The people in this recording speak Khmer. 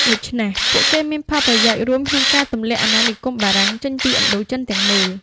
ដូច្នេះ ពួកគេមានផលប្រយោជន៍រួមក្នុងការទម្លាក់អាណានិគមបារាំងចេញពីឥណ្ឌូចិនទាំងមូល។